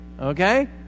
Okay